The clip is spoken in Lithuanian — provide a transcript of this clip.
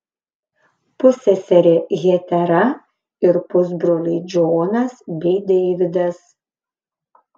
pusseserė hetera ir pusbroliai džonas bei deividas